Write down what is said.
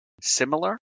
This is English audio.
similar